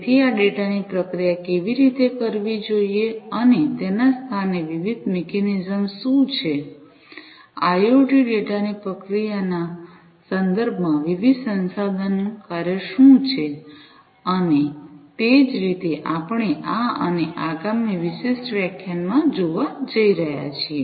તેથી આ ડેટાની પ્રક્રિયા કેવી રીતે કરવી જોઈએ અને તેના સ્થાને વિવિધ મિકેનિઝમ્સ શું છે આઇઓટી ડેટાની પ્રક્રિયાના સંદર્ભમાં વિવિધ સંશોધન કાર્ય શું છે અને તે જ રીતે આપણે આ અને આગામી વિશિષ્ટ વ્યાખ્યાનમાં જોવા જઈ રહ્યા છીએ